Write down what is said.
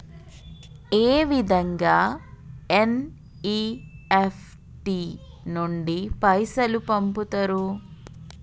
ఏ విధంగా ఎన్.ఇ.ఎఫ్.టి నుండి పైసలు పంపుతరు?